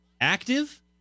active